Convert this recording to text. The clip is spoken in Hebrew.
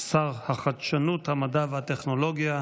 שר החדשנות, המדע והטכנולוגיה,